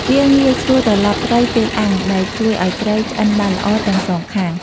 វាងាយស្រួលត្រឡប់ត្រីពេលអាំង ដែលជួយឲ្យត្រីឆ្អិនបានល្អទាំងសងខាង។